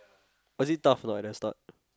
or is it tough at the start